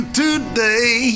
today